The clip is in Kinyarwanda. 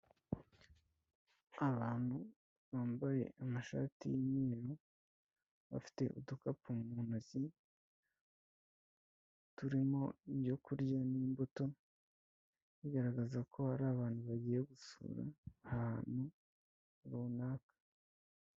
Abantu bambaye amashati y'imyeru bafite udukapu mu ntoki turimo ibyo kurya n'imbuto bigaragaza ko hari abantu bagiye gusura ahantu runaka.